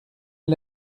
est